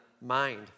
mind